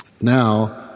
Now